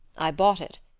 i bought it.